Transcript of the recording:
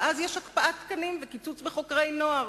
ואז יש הקפאת תקנים וקיצוץ בחוקרי נוער.